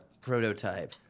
prototype